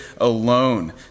alone